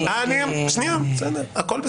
אני